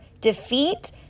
defeat